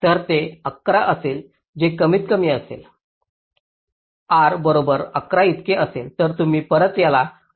तर ते ११ असेल जे कमीतकमी असेल आर बरोबर ११ इतके असेल तर तुम्ही परत याल 11 वजा 3 ते 8 होईल